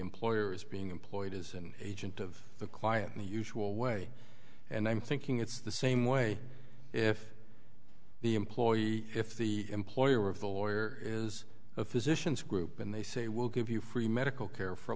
employer is being employed as an agent of the client in the usual way and i'm thinking it's the same way if the employee if the employer of the lawyer is a physicians group and they say we'll give you free medical care for